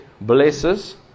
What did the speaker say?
blesses